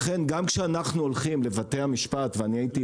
לכן גם כשאנחנו הולכים לבתי המשפט והייתי,